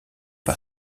par